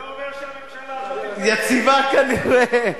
זה אומר שהממשלה הזאת, יציבה כנראה.